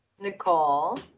Nicole